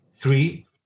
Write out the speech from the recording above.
Three